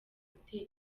gutera